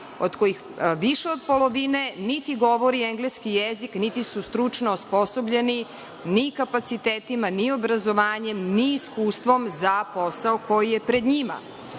od kojih više od polovine niti govori engleski jezik niti su stručno osposobljeni ni kapacitetima ni obrazovanjem ni iskustvom za posao koji je pred njima.U